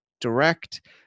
direct